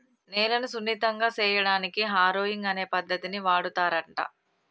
నేలను సున్నితంగా సేయడానికి హారొయింగ్ అనే పద్దతిని వాడుతారంట